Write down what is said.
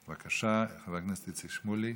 בבקשה, חבר הכנסת שמולי.